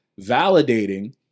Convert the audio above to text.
validating